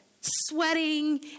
sweating